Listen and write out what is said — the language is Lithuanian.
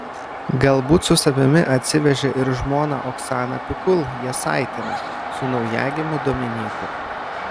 galbūt su savimi atsivežė ir žmoną oksaną pikul jasaitienę su naujagimiu dominyku